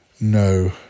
No